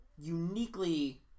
uniquely